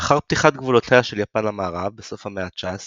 לאחר פתיחת גבולותיה של יפן למערב בסוף המאה ה-19